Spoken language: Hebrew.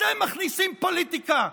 אתם מכניסים פוליטיקה.